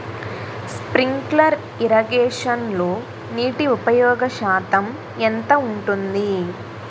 Sprinkler ఇరగేషన్లో నీటి ఉపయోగ శాతం ఎంత ఉంటుంది?